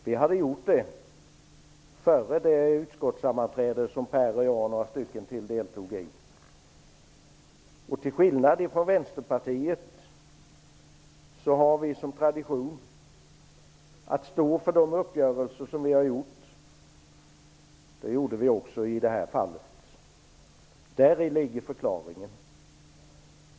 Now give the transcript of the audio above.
Vi hade gjort det före det utskottssammanträde som Per Rosengren och jag och några till deltog i. Till skillnad från Vänsterpartiet har vi i Centerpartiet som tradition att stå för de uppgörelser som vi har gjort. Det gjorde vi också i detta fall. Däri ligger förklaringen.